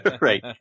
Right